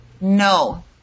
No